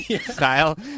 style